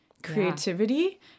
Creativity